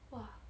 !wah!